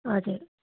हजुर